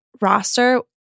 roster